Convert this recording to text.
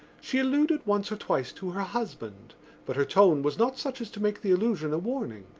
she alluded once or twice to her husband but her tone was not such as to make the allusion a warning.